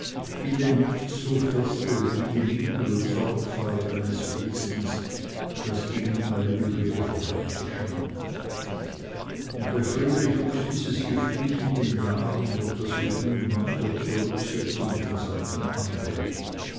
wie denn nichts so fesselt wie die liebe und sorgfalt eines wesens das gegen alles übrige verhärtet scheint und bei friedrich wuchs dieses gefühl mit den jahren durch das gefühl mancher zurücksetzung von seiten anderer